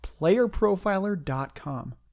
playerprofiler.com